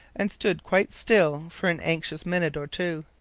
and stood quite still for an anxious minute or two.